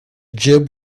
jib